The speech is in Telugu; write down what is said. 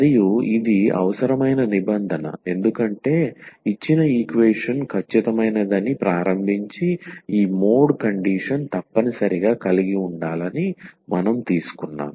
మరియు ఇది అవసరమైన నిబంధన ఎందుకంటే ఇచ్చిన ఈక్వేషన్ ఖచ్చితమైనదని ప్రారంభించి ఈ మోడ్ కండిషన్ తప్పనిసరిగా కలిగి ఉండాలని మనం తీసుకున్నాం